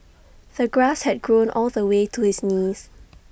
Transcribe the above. the grass had grown all the way to his knees